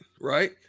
right